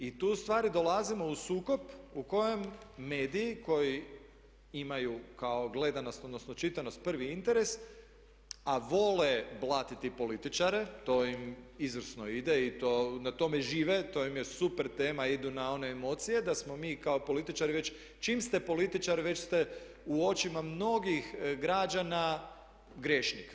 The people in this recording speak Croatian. I tu u stvari dolazimo u sukob u kojem mediji koji imaju kao gledanost, odnosno čitanost prvi interes a vole blatiti političare to im izvrsno ide i na tome žive. to im je super tema, idu na one emocije da smo mi kao političari već čim ste političar već ste u očima mnogih građana grešnik.